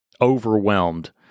overwhelmed